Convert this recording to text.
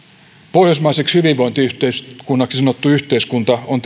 pohjoismaiseksi hyvinvointiyhteiskunnaksi sanottu yhteiskunta on